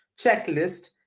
checklist